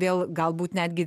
vėl galbūt netgi